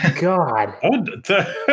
God